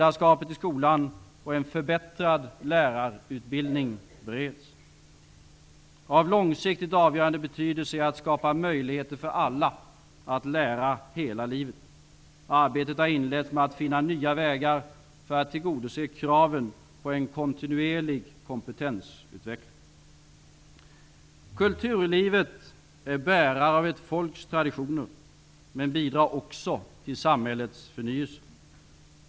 Av långsiktigt avgörande betydelse är att skapa möjligheter för alla att lära hela livet. Arbetet har inletts med att finna nya vägar för att tillgodose kraven på en kontinuerlig kompetensutveckling. Kulturlivet är bärare av ett folks traditioner men bidrar också till samhällets förnyelse.